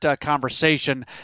conversation